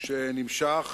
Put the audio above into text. שנמשך